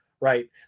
right